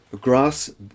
grass